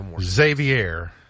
Xavier